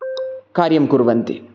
कार्यं कुर्वन्ति